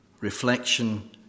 reflection